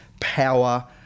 power